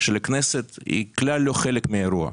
של הכנסת, שהוועדה כלל לא נוטלת חלק באירוע.